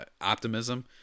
optimism